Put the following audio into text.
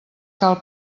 cal